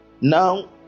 Now